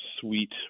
sweet